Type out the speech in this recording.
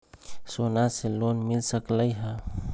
सोना से लोन मिल सकलई ह?